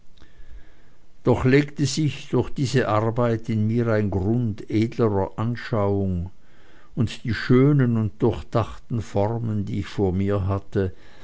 doch legte sich durch diese arbeit in mir ein grund edlerer anschauung und die schönen und durchdachten formen die ich vor mir hatte